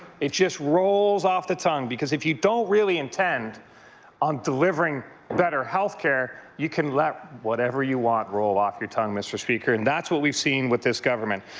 it just rolls off the tongue. because if you don't really intend on delivering better health care, you can let whatever you want roll off your tongue, mr. speaker and that's what we've seen where this government.